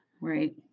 Right